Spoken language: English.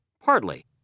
Partly